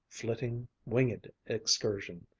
flitting, winged excursion.